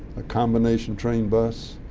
a combination train bus,